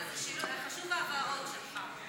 אבל ההבהרות שלך חשובות.